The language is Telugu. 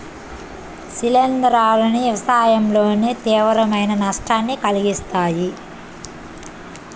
శిలీంధ్రాలు వ్యవసాయంలో తీవ్రమైన నష్టాన్ని కలిగిస్తాయి